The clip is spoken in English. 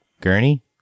Gurney